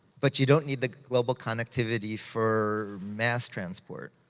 but you don't need the global connectivity for mass transport.